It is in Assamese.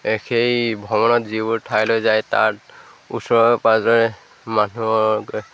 সেই ভ্ৰমণত যিবোৰ ঠাইলৈ যায় তাত ওচৰে পাঁজৰে মানুহ